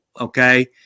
okay